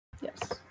Yes